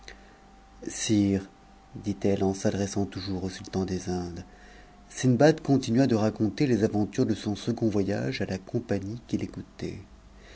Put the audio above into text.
dit-elle en s'adressant toujours au sultan des indes sindbad commua de raconter les aventures de son second voyage à a compagnie joi